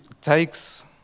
takes